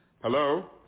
Hello